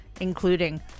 including